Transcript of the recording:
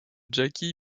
jacky